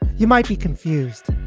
you might be confused.